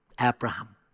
Abraham